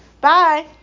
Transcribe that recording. Bye